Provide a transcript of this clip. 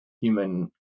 human